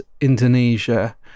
Indonesia